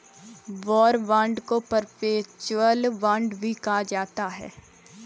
war bond को perpetual bond भी कहा जाता है